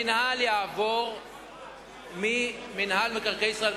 המינהל יעבור ממינהל מקרקעי ישראל,